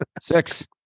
Six